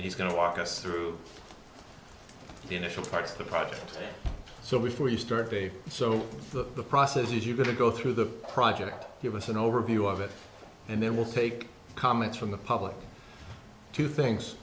and he's going to walk us through the initial parts of the project so before you start big so the process is you've got to go through the project give us an overview of it and then we'll take comments from the public to things